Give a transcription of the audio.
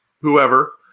whoever